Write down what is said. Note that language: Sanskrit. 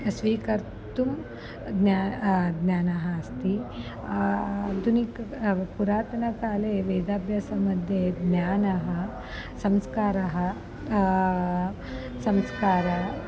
स्वीकर्तुं ज्ञानं ज्ञानम् अस्ति आधुनिकं पुरातनकाले वेदाभ्यासमध्ये ज्ञानं संस्कारः संस्काराः